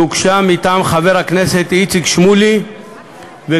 שהוגשה מטעם חבר הכנסת איציק שמולי וקבוצה